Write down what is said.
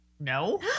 No